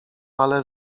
ale